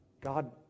God